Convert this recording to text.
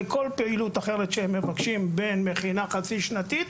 או לכל פעילות אחרת שהם מבקשים במכינה חצי-שנתית